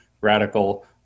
radical